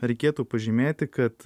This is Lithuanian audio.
reikėtų pažymėti kad